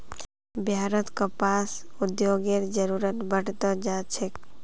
बिहारत कपास उद्योगेर जरूरत बढ़ त जा छेक